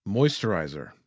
Moisturizer